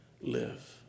live